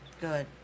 Good